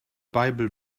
bible